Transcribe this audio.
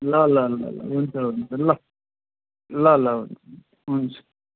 ल ल ल ल हुन्छ हुन्छ ल ल ल हुन्छ